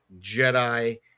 Jedi